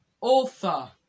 author